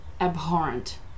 abhorrent